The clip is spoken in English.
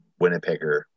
Winnipegger